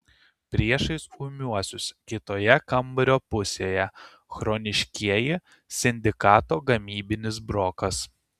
priešais ūmiuosius kitoje kambario pusėje chroniškieji sindikato gamybinis brokas